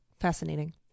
fascinating